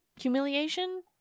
humiliation